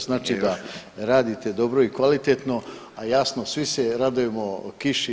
Znači da radite dobro i kvalitetno, a jasno svi se radujemo kiši.